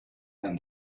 and